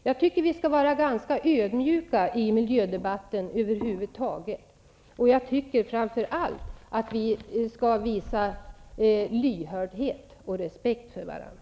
Jag tycker att vi skall vara ganska ödmjuka i miljödebatten, och framför allt tycker jag att vi skall visa lyhördhet och respekt för varandra.